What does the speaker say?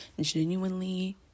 genuinely